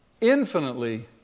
infinitely